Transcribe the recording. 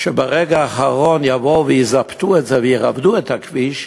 שברגע האחרון יבואו ויזפתו את זה וירבדו את הכביש,